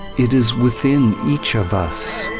it is within each of us.